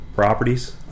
properties